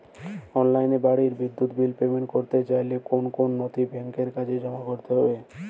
অনলাইনে বাড়ির বিদ্যুৎ বিল পেমেন্ট করতে চাইলে কোন কোন নথি ব্যাংকের কাছে জমা করতে হবে?